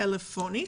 טלפונית.